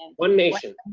one nation,